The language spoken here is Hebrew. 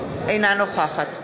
אינה נוכחת תודה,